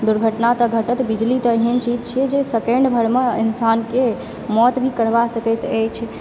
दुर्घटना तऽ घटत बिजली तऽ एहन चीज छै जे सेकेण्ड भरमऽ इन्सानके मौत भी करवा सकैत अछि